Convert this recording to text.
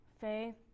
faith